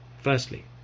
Firstly